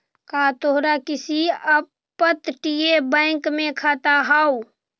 का तोहार किसी अपतटीय बैंक में खाता हाव